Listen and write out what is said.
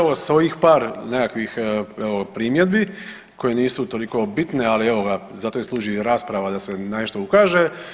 Evo sa ovih par nekakvih evo primjedbi koje nisu toliko bitne, ali evo ga zato i služi rasprava da se nešto ukaže.